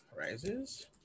Rises